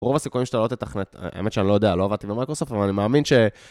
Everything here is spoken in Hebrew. רוב הסיכויים שאתה לא תתכנן, האמת שאני לא יודע, לא עבדתי במייקרוסופט, אבל אני מאמין ש...